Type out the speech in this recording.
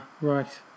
Right